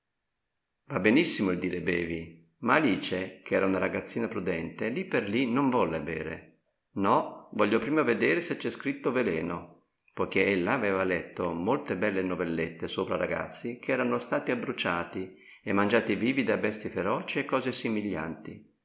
và benissimo il dire bevi ma alice ch'era una ragazzina prudente lì per lì non volle bere nò voglio prima vedere se c'è scritto veleno poichè ella aveva letto molte belle novellette sopra ragazzi ch'erano stati abbruciati e mangiati vivi da bestie feroci e cose